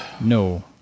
No